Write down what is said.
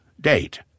date